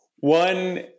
One